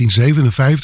1957